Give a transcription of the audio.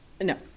No